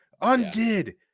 undid